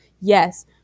yes